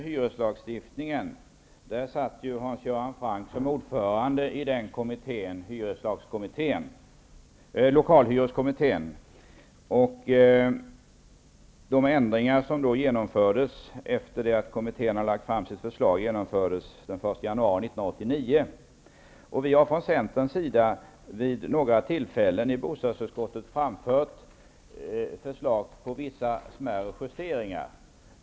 Fru talman! Jag vill börja med hyreslagstiftningen. Hans Göran Franck satt ju som ordförande i lokalhyreskommittén. De ändringar som genomfördes efter det att kommittén hade lagt fram sitt förslag trädde i kraft den 1 januari 1989. Vi har från Centerns sida vid några tillfällen i bostadsutskottet lagt fram förslag om vissa smärre justeringar.